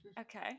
Okay